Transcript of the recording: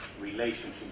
relationship